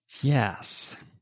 Yes